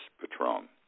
Patron